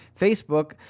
Facebook